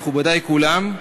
מכובדי כולם,